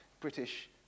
British